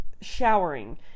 showering